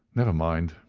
never mind,